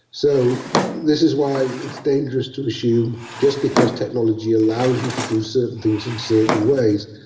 so this is why it's dangerous to assume just because technology allows you to do certain things in certain ways,